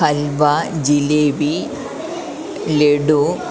halwa jalebi laddu